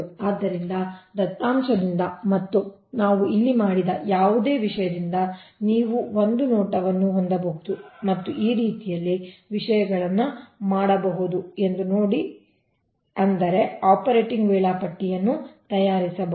ಆದ್ದರಿಂದ ದತ್ತಾಂಶದಿಂದ ಮತ್ತು ನಾವು ಇಲ್ಲಿ ಮಾಡಿದ ಯಾವುದೇ ವಿಷಯದಿಂದ ನೀವು ಒಂದು ನೋಟವನ್ನು ಹೊಂದಬಹುದು ಮತ್ತು ಈ ರೀತಿಯಲ್ಲಿ ವಿಷಯಗಳನ್ನು ಮಾಡಬಹುದು ಎಂದು ನೋಡಿ ಅಂದರೆ ಆಪರೇಟಿಂಗ್ ವೇಳಾಪಟ್ಟಿಯನ್ನು ತಯಾರಿಸಬಹುದು